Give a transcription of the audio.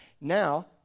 Now